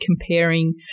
comparing